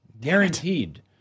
Guaranteed